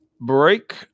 break